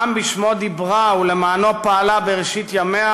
העם שבשמו דיברה ושלמענו פעלה בראשית ימיה,